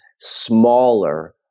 smaller